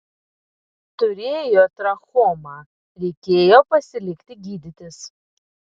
turėjo trachomą reikėjo pasilikti gydytis